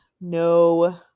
no